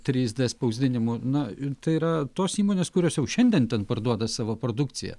trys d spausdinimu nu tai yra tos įmonės kurios jau šiandien ten parduoda savo produkciją